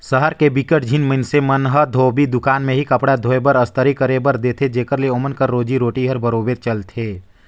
सहर के बिकट झिन मइनसे मन ह धोबी दुकान में ही कपड़ा धोए बर, अस्तरी करे बर देथे जेखर ले ओमन कर रोजी रोटी हर बरोबेर चलथे